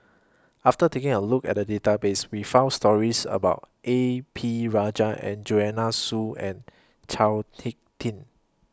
after taking A Look At The Database We found stories about A P Rajah Joanne Soo and Chao Hick Tin